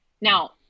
Now